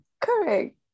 Correct